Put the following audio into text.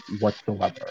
whatsoever